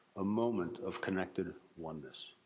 a moment of connected oneness.